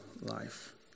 life